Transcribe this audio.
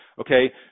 okay